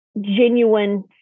genuine